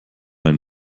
ein